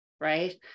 Right